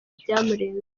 byamurenze